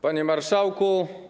Panie Marszałku!